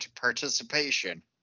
participation